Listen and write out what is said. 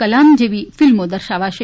કલામ જેની ફિલ્મો દર્શાવાશે